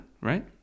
Right